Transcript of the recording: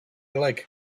like